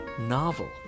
novel